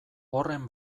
horren